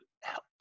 help